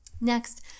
Next